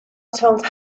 told